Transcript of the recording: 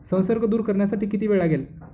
संसर्ग दूर करण्यासाठी किती वेळ लागेल?